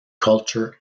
culture